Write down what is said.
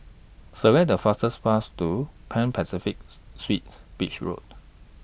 Select The fastest Path to Pan Pacific Suites Beach Road